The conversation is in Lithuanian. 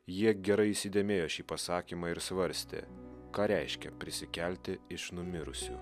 jie gerai įsidėmėjo šį pasakymą ir svarstė ką reiškia prisikelti iš numirusių